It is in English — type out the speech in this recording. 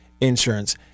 Insurance